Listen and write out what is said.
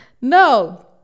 No